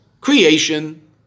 creation